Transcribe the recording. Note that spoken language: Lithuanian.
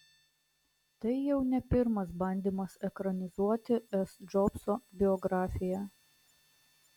tai jau ne pirmas bandymas ekranizuoti s džobso biografiją